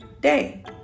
day